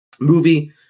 movie